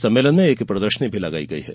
सम्मेलन में एक प्रदर्शनी भी लगाई गई है